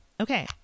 Okay